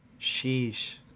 Sheesh